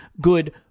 good